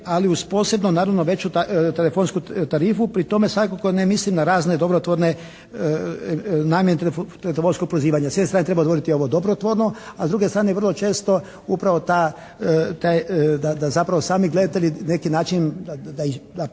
ali uz posebno naravno veću telefonsku tarifu. Pri tome svakako ne mislim na razne dobrotvorne namjene, telefonsko pozivanje. S jedne strane treba odvojiti ovo dobrotvorno, a s druge strane vrlo često upravo ta, taj da zapravo sami gledatelji neki način da na kraju